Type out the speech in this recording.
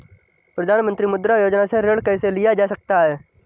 प्रधानमंत्री मुद्रा योजना से ऋण कैसे लिया जा सकता है?